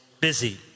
busy